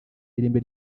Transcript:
irimbi